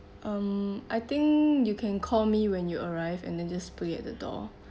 um I think you can call me when you arrive and then just put it at the door